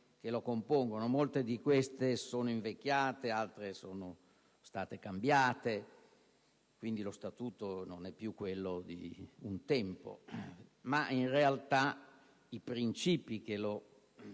Molte di queste sono invecchiate, altre sono state cambiate: quindi, lo Statuto non è più quello di un tempo, ma in realtà i princìpi che lo sostanziano